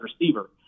receiver